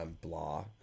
blah